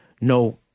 No